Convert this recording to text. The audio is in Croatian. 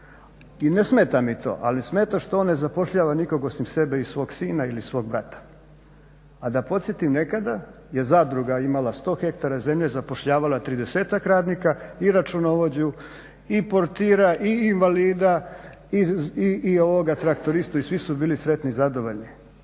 i ne smeta mi to. Ali smeta što on ne zapošljava nikog osim sebe i svog sina ili svog brata. A da podsjetim nekada je zadruga imala sto hektara zemlje, zapošljavala 30-tak radnika i računovođu i portira i invalida i ovoga traktoristu i svi su bili sretni, zadovoljni.